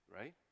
Right